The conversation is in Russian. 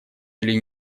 или